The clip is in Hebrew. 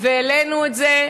העלינו את זה,